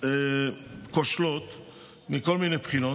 כושלות מכל מיני בחינות,